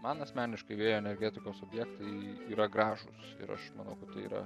man asmeniškai vėjo energetikos objektai yra gražūs ir aš manau kad tai yra